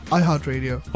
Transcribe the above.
iHeartRadio